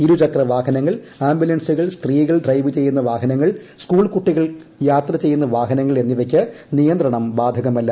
ഇരുചക്ര വാഹനങ്ങൾ ആംബുലൻസുകൾ സ്ത്രീകൾ ്ഡ്രൈവ് ചെയ്യുന്ന വാഹനങ്ങൾ സ്കൂൾ കുട്ടികൾ യാത്രചെയ്യുന്ന വാഹനങ്ങൾ എന്നിവയ്ക്ക് നിയന്ത്രണം ബാധകമല്ല